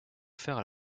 faire